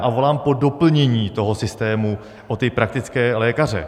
A volám po doplnění toho systému o praktické lékaře.